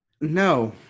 No